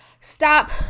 stop